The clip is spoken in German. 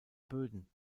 böden